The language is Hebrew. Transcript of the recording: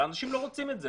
אנשים לא רוצים את זה,